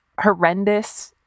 horrendous